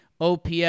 OPS